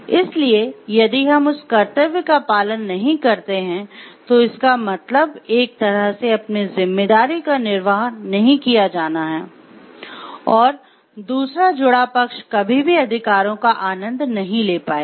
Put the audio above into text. इसलिए यदि हम उस कर्तव्य का पालन नहीं करते हैं तो इसका मतलब एक तरह से अपनी जिम्मेदारी का निर्वाह नहीं किया जाना है और दूसरा जुड़ा पक्ष कभी भी अधिकारों का आनंद नहीं ले पायेगा